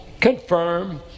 confirm